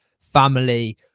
family